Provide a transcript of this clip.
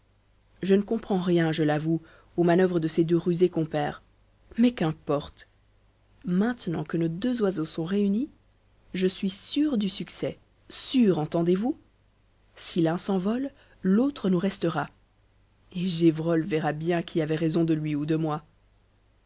je ne comprends rien je l'avoue aux manœuvres de ces deux rusés compères mais qu'importe maintenant que nos deux oiseaux sont réunis je suis sûr du succès sûr entendez-vous si l'un s'envole l'autre nous restera et gévrol verra bien qui avait raison de lui ou de moi